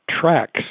tracks